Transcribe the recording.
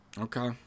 Okay